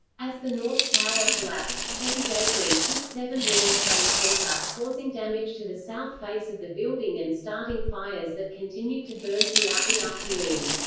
as the north tower collapsed, heavy debris hit seven world trade center, causing damage to the south face of the building and starting fires that continued to burn throughout the afternoon.